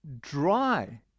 dry